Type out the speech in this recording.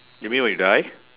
you mean when you die